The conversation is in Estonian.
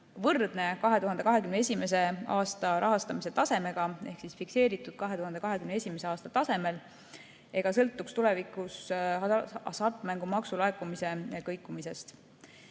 võrdne 2021. aasta rahastamise tasemega ehk fikseeritud 2021. aasta tasemel ega sõltuks tulevikus hasartmängumaksu laekumise kõikumisest.